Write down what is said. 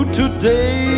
today